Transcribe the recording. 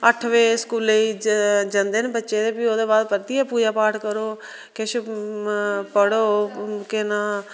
अट्ठ बजे स्कूलें गी जंदे ना बच्चे ते फ्ही ओहदे बाद परतियै पूजा पाठ करो किश पढो केह् अपना